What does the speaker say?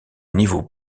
niveaux